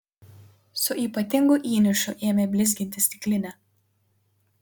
su ypatingu įniršiu ėmė blizginti stiklinę